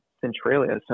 Centralia